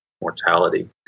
mortality